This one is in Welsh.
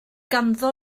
ganddo